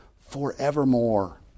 forevermore